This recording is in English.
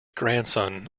grandson